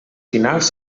finals